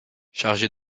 chargé